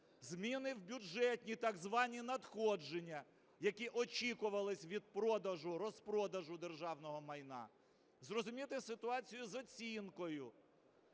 зміни в бюджетні так звані надходження, які очікувалися від продажу, розпродажу державного майна, зрозуміти ситуацію з оцінкою.